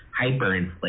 hyperinflation